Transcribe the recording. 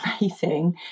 amazing